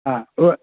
आं व्हय